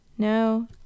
No